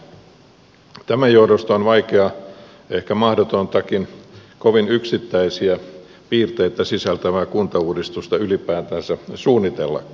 tämän johdosta on vaikea ehkä mahdotontakin kovin yksittäisiä piirteitä sisältävää kuntauudistusta ylipäätänsä suunnitellakaan